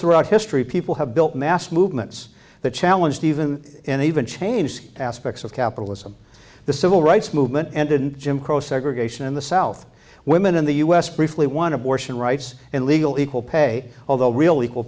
throughout history people have built mass movements that challenged even in even change the aspects of capitalism the civil rights movement ended jim crow segregation in the south women in the us briefly won abortion rights and legal equal pay although real equal